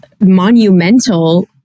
monumental